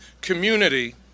community